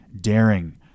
daring